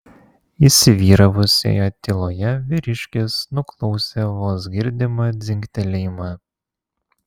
įsivyravusioje tyloje vyriškis nuklausė vos girdimą dzingtelėjimą